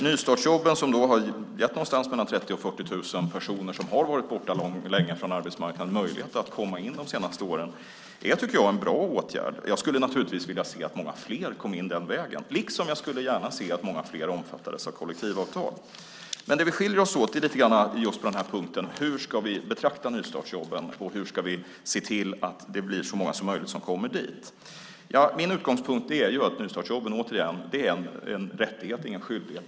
Nystartsjobben har de senaste åren gett 30 000-40 000 personer som har varit borta länge från arbetsmarknaden möjlighet att komma in. Jag tycker att det är en bra åtgärd. Jag skulle naturligtvis vilja se att många fler kom in den vägen. Jag skulle också gärna se att många fler omfattades av kollektivavtal. Men vi skiljer oss åt lite grann när det gäller hur vi ska betrakta nystartsjobben och hur vi ska se till att så många som möjligt får ta del av dem. Min utgångspunkt är att nystartsjobben är en rättighet och ingen skyldighet.